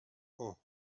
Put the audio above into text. اوه